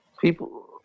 people